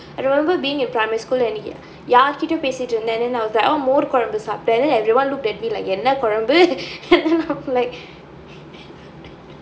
I remember being in primary school and யார்கிட்டயோ பேசிட்டு இருந்தேன்:yaarkittayo pesittu irunthaen then I was like oh மோர் கொழம்பு சாப்பிட்டேன்:mor kolambu saappitaten then everyone looked at me like என்ன கொழம்பு:enna kolambu and then I'm like